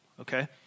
okay